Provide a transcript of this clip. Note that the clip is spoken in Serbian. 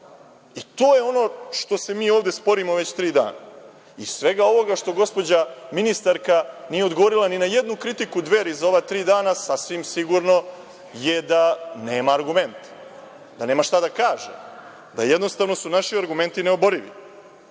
To je ono što se mi ovde sporimo već tri dana. Iz svega ovoga što gospođa ministarka nije odgovorila ni na jednu kritiku Dveri za ova tri dana, sasvim sigurno je da nema argument, da nema šta da kaže, da su jednostavno naši argumenti neoborivi.